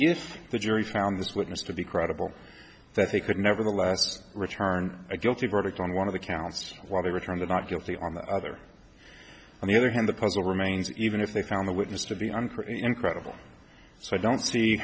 if the jury found this witness to be credible that they could nevertheless return a guilty verdict on one of the counts while they return the not guilty on the other on the other hand the puzzle remains even if they found the witness to be on for incredible so i don't see